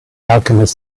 alchemist